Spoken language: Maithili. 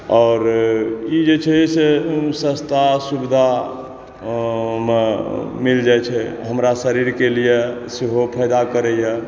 आओर ई जे छै से सस्ता सुविधा मे मिलऽ जाइ छै हमरा शरीर के लिअ सेहो फायदा करैया